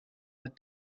had